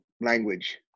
language